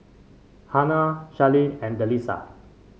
Hernan Sharleen and Delisa